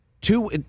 two